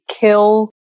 kill